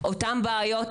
שומעים את אותן בעיות,